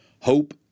Hope